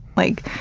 like,